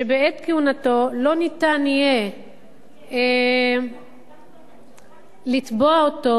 בעת כהונתו לא ניתן יהיה לתבוע אותו